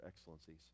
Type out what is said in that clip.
excellencies